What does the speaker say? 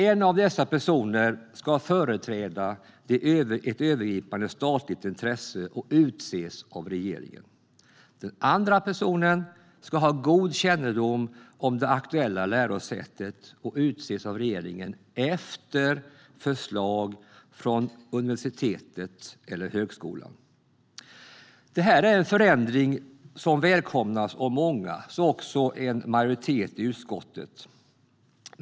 En av dessa personer ska företräda ett övergripande statligt intresse och utses av regeringen. Den andra personen ska ha god kännedom om det aktuella lärosätet och utses av regeringen efter förslag från universitetet eller högskolan. Det här är en förändring som välkomnas av många - så också en majoritet i utskottet.